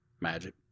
Magic